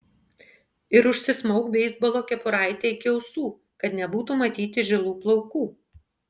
ir užsismauk beisbolo kepuraitę iki ausų kad nebūtų matyti žilų plaukų